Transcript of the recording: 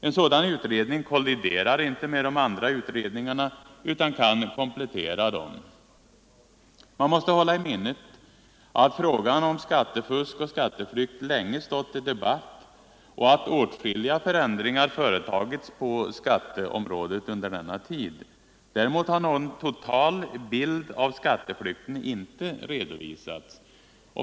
En sådan utredning kolliderar inte med de andra utredningarna utan kan komplettera dessa. Man måste hålla i minnet att frågan om skattefusk och skatteflykt länge debatterats och att åtskilliga förändringar företagits på skatteområdet under denna tid. Däremot har någon total bild av skatteflykten inte redovisats.